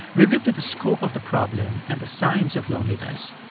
we've looked at the scope of the problem and the signs of loneliness.